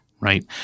right